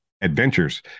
adventures